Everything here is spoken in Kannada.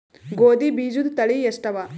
ಗೋಧಿ ಬೀಜುದ ತಳಿ ಎಷ್ಟವ?